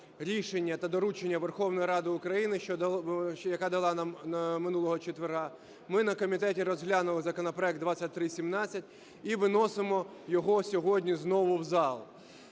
рішення та доручення Верховної Ради України, яка дала нам минулого четверга, ми на комітеті розглянули законопроект 2317 і виносимо його сьогодні знову в зал.